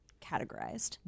categorized